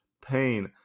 pain